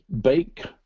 bake